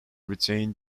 retained